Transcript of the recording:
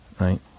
right